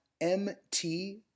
M-T